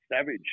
savage